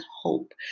hope